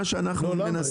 מה שאנחנו מנסים -- למה?